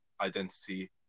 identity